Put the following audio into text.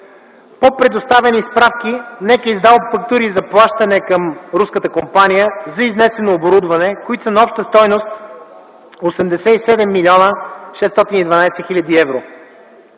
По предоставени справки НЕК е издал фактури за плащане към руската компания за изнесено оборудване, които са на обща стойност 87 млн. 612 хил. евро,